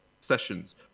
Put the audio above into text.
sessions